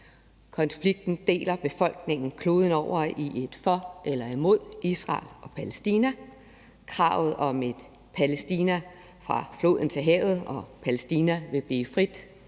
Konflikten deler befolkningerne kloden over i et for eller imod Israel og Palæstina. Kravet om et Palæstina fra floden til havet og udsagnet om, at Palæstina vil blive frit